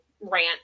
rant